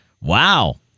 Wow